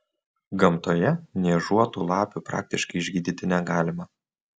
gamtoje niežuotų lapių praktiškai išgydyti negalima